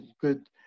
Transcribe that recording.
good